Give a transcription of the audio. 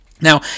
Now